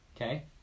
okay